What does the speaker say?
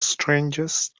strangest